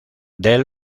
del